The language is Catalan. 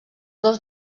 dos